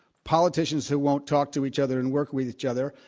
politicians who won't talk to each other and work with each other,